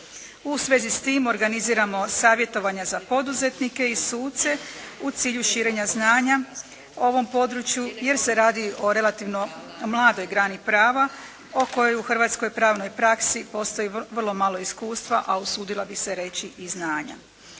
U svezi s tim organiziramo savjetovanja za poduzetnike i suce u cilju širenja znanja ovom području jer se radi o relativno mladoj grani prava o kojoj u hrvatskoj pravnoj praksi postoji vrlo malo iskustva, a usudila bih se reći i znanja.